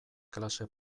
klase